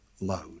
load